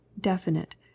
definite